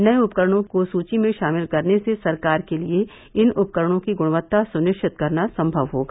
नये उपकरणों को सूची में शामिल करने से सरकार के लिए इन उपकरणों की गुणवत्ता सुनिश्चित करना संभव होगा